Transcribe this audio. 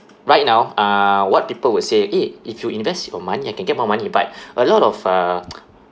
right now uh what people would say eh if you invest your money ah can get more money but a lot of uh